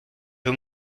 peu